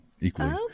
equally